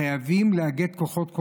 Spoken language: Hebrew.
חייבים לאגד כוחות,